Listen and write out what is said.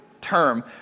term